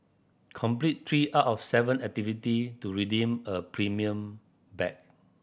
complete three out of seven activity to redeem a premium bag